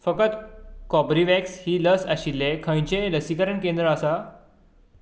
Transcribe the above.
फकत कोब्रीवेक्स ही लस आशिल्लें खंयचेंय लसीकरण केंद्र आसा